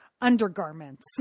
undergarments